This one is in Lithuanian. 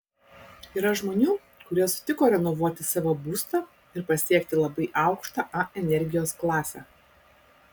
yra žmonių kurie sutiko renovuoti savo būstą ir pasiekti labai aukštą a energijos klasę